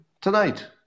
tonight